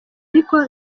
ariko